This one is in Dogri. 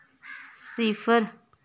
सिफर